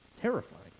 terrifying